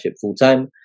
full-time